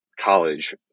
college